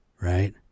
Right